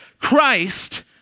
Christ